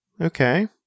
Okay